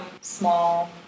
small